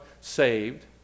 saved